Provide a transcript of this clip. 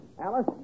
Alice